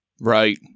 Right